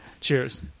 Cheers